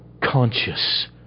conscious